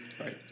Right